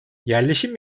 yerleşim